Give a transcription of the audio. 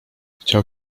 chciał